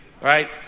right